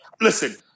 Listen